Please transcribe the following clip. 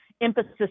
emphasis